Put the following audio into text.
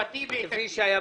לצרפתי ולאיטלקי.